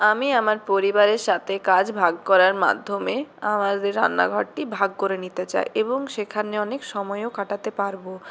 আমি আমার পরিবারের সাথে কাজ ভাগ করার মাধ্যমে আমাদের রান্নাঘরটি ভাগ করে নিতে চাই এবং সেখানে অনেক সময়ও কাটাতে পারবো